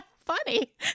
funny